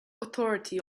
authority